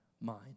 mind